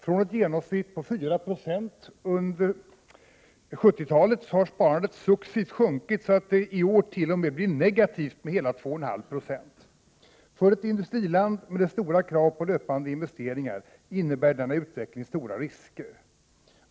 Från ett genomsnitt på 4 26 under 70-talet har sparandet successivt sjunkit, så att det i år t.o.m. blir negativt med hela 2,6 26. För ett industriland, med dess stora krav på löpande investeringar, innebär denna utveckling stora risker.